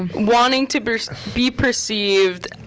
wanting to be be perceived,